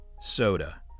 soda